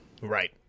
Right